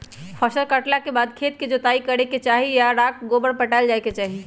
फसल काटला के बाद खेत के जोताइ करे के चाही आऽ राख गोबर पटायल जाय के चाही